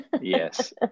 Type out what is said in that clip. Yes